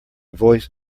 voice